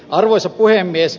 arvoisa puhemies